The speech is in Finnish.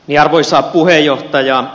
arvoisa puhemies